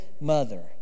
mother